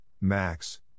Max